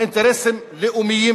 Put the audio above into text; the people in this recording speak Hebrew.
אינטרסים לאומיים